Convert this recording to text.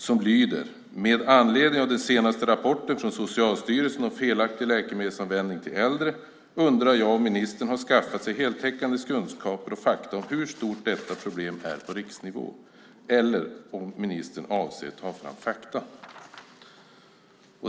Den lyder: Med anledning av den senaste rapporten från Socialstyrelsen om felaktig läkemedelsanvändning hos äldre undrar jag om ministern har skaffat sig heltäckande kunskaper och fakta om hur stort detta problem är på riksnivå eller om ministern avser att ta fram fakta.